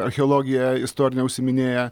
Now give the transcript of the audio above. archeologija istorine užsiiminėja